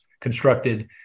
constructed